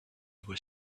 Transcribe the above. was